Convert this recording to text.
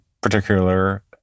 particular